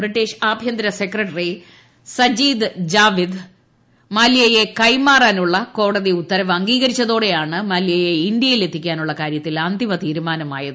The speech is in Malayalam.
ബ്രിട്ടീഷ് ആഭ്യന്തര ്സെക്രട്ടറി സജീദ് ജാവിദ് മല്യയെ കൈമാറാനുളള കോടതി ഉത്തരവ് അംഗീകരിച്ചതോടെയാണ് മല്യയെ ഇന്ത്യയിലെത്തിക്കാനുളള കാര്യത്തിൽ അന്തിമതീരുമാനമായത്